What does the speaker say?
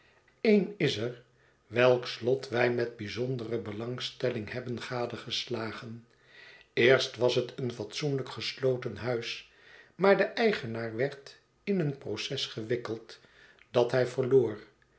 een is er welks lot wij met bijzondere belangstelling hebben gadegeslagen eerst was het een fatsoenlijk gesloten huis maar de eigenaar werd in een proces gewikkeld dat hij verloor